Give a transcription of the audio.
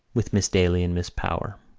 with miss daly and miss power.